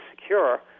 secure